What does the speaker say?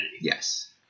Yes